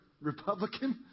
Republican